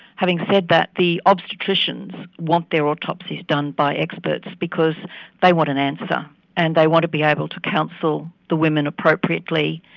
having said that the obstetricians want their autopsies done by experts because they want an answer and they want to be able to counsel the women appropriately,